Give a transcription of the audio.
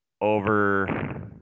over